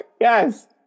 Yes